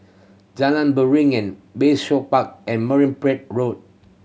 Jalan Beringin Bayshore Park and Marine Parade Road